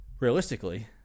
Realistically